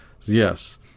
yes